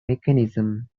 mechanism